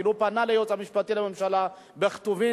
אפילו פנה ליועץ המשפטי לממשלה בכתובים,